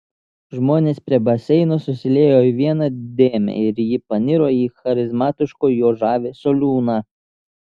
žmonės prie baseino susiliejo į vieną dėmę ir ji paniro į charizmatiško jo žavesio liūną